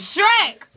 Shrek